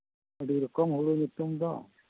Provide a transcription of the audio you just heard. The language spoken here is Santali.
ᱟᱹᱰᱤ ᱨᱚᱠᱚᱢ ᱦᱩᱲᱩ ᱧᱩᱛᱩᱢ ᱫᱚ